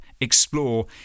explore